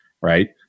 right